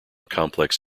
complex